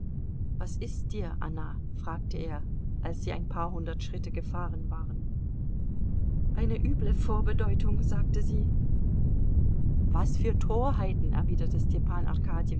was ist dir anna fragte er als sie ein paar hundert schritte gefahren waren eine üble vorbedeutung sagte sie was für torheiten erwiderte